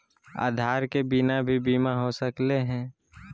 आधार के बिना भी बीमा हो सकले है?